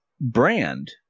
brand